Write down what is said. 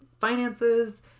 finances